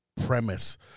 premise